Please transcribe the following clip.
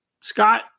Scott